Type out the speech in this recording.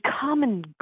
common